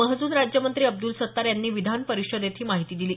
महसूल राज्यमंत्री अब्दूल सत्तार यांनी विधान परिषदेत ही माहिती दिली